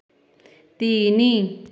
ତିନି